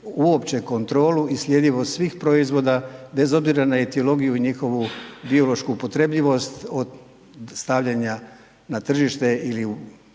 uopće kontrolu i sljedivost svih proizvoda bez obzira na etiologiju i njihovu biološku upotrebljivost od stavljanja na tržište ili u